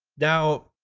now,